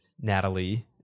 Natalie